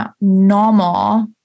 normal